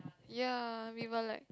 ya we were like